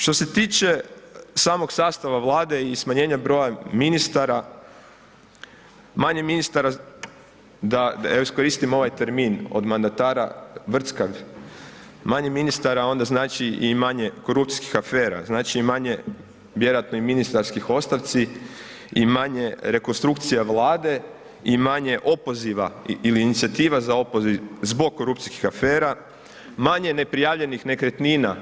Što se tiče samog sastava Vlade i smanjenja broja ministara, manje ministara, da iskoristim ovaj termin od mandata „vrckav“, manje ministara onda znači i manje korupcijskih afera, znači i manje vjerojatno i ministarskih ostavci i manje rekonstrukcija Vlade i manje opoziva ili inicijativa za opoziv zbog korupcijskih afera, manje neprijavljenih nekretnina